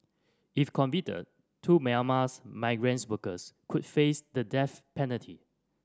if convicted two Myanmar's migrants workers could face the death penalty